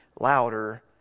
louder